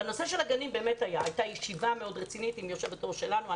בנושא של הגנים הייתה ישיבה מאוד רצינית עם יושבת ראש שלנו,